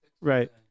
Right